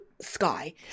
sky